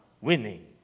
winning